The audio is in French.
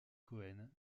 cohen